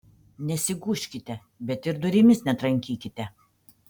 nesigūžkite bet ir durimis netrankykite